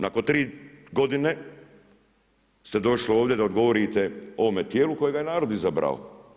Nakon tri godine ste došli ovdje da odgovorite ovome tijelu kojega je narod izabrao.